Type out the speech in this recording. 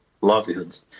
livelihoods